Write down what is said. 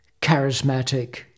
charismatic